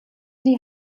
die